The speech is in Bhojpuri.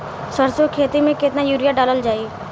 सरसों के खेती में केतना यूरिया डालल जाई?